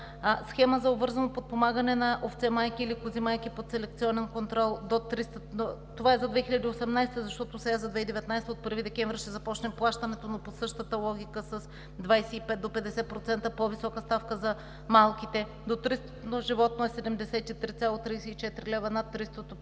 Схема за обвързано подпомагане на овце-майки или кози-майки под селекционен контрол – това е за 2018 г., защото сега за 2019 г. от 1 декември ще започнем плащането, но по същата логика с 25 до 50% по-висока ставка за малките – до 300-ното животно е 73,34 лв., над